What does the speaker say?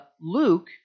Luke